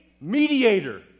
mediator